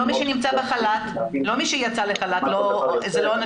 לא על מי שיצא לחל"ת שאלה לא אנשים